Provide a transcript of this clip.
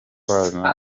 w’abafana